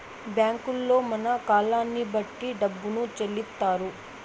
బ్యాంకుల్లో మన కాలాన్ని బట్టి డబ్బును చెల్లిత్తారు